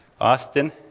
Austin